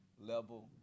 level